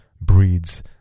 breeds